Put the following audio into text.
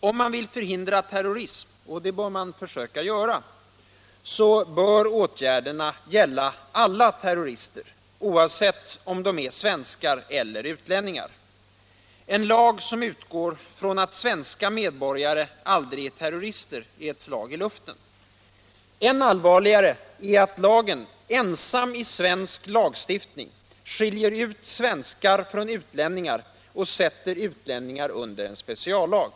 Om man vill förhindra terrorism — och det skall man försöka göra — bör åtgärderna gälla alla terrorister, oavsett = Nr 49 om de är svenskar eller utlänningar. En lag som utgår från att svenska medborgare aldrig är terrorister blir ett slag i luften. Än allvarligare är att lagen — ensam i svensk lagstiftning — skiljer. = ut svenskar från utlänningar och sätter utlänningar under en speciallag.